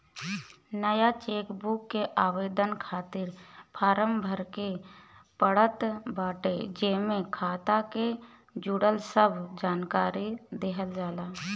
नया चेकबुक के आवेदन खातिर फार्म भरे के पड़त बाटे जेमे खाता से जुड़ल सब जानकरी देहल जाला